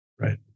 Right